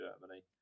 Germany